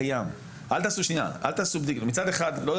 מצד אחד לא ללכת לקיצוניות שנמצאים עכשיו,